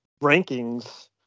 rankings